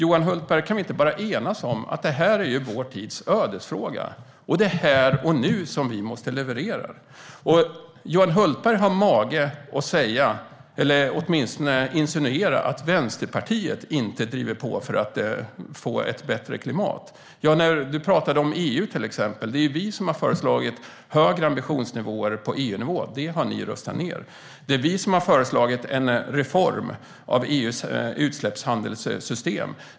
Kan vi inte bara enas om att detta är vår tids ödesfråga, Johan Hultberg? Det är här och nu som vi måste leverera. Johan Hultberg har mage att säga, eller åtminstone att insinuera, att Vänsterpartiet inte driver på för att få ett bättre klimat. Du talade om EU, till exempel. Det är ju vi som har föreslagit högre ambitionsnivåer på EU-nivå. Det har ni röstat ned. Det är vi som har föreslagit en reform av EU:s utsläppshandelssystem.